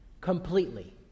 completely